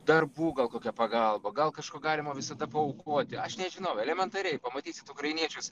darbų gal kokia pagalba gal kažko galima visada paaukoti aš nežinau elementariai pamatysit ukrainiečius